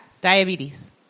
Diabetes